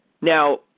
Now